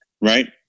Right